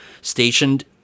stationed